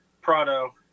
prado